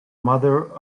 mother